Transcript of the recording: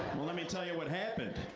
let me tell you what happened.